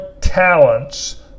talents